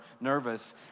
nervous